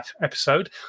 episode